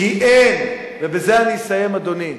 כי אין, ובזה אני אסיים, אדוני,